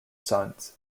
sons